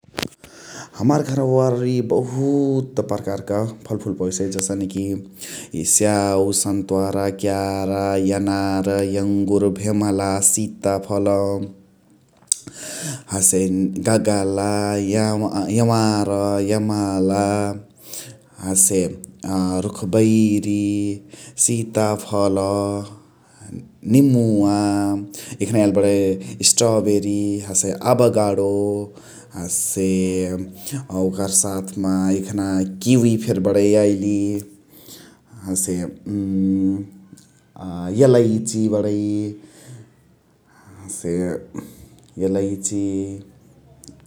हमार घरवा वेरए बहुत परकारक फलफुल पवेसइ । जसने कि स्याउ, सम्त्वारा, क्यारा, एनार्, एङ्गुर्, भेमला, सिता फला । हसे गगला, एवार्, एमला, हसे रुखबैरि, सिता फल, निमुवा । एखना याइली बणै स्ट्रबेरी हसे अबगाडो । हसे ओकर साथ मा एखना किवी फेरी बणै याइली । हसे एलइची बणै हसे एलइची ।